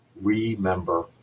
remember